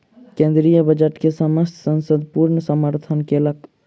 केंद्रीय बजट के समस्त संसद पूर्ण समर्थन केलक